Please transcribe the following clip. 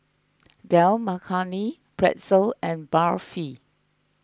Dal Makhani Pretzel and Barfi